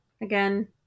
again